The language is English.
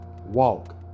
walk